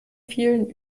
vielen